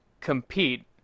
compete